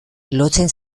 lotzen